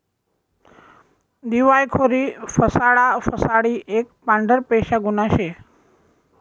दिवायखोरी फसाडा फसाडी एक पांढरपेशा गुन्हा शे